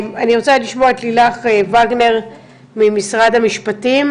אני רוצה לשמוע את לילך וגנר ממשרד המשפטים,